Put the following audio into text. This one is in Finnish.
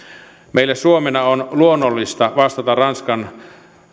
meille suomena on luonnollista vastata ranskan